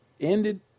ended